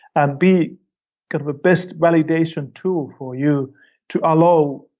and be kind of a best validation tool for you to allow,